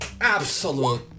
absolute